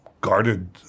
guarded